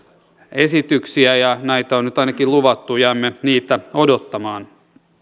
esityksiä ja näitä on on nyt ainakin luvattu jäämme niitä odottamaan